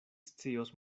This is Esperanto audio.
scios